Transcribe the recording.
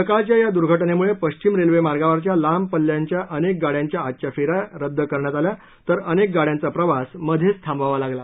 सकाळच्या या दुर्घटनेमुळे पश्चिम रेल्वेमार्गावरच्या लांब पल्ल्यांच्या अनेक गाड्यांच्या आजच्या फेऱ्या रद्द करण्यात आल्या तर अनेक गाड्यांचा प्रवास मध्येच थांबवावा लागला